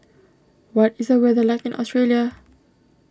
what is the weather like in Australia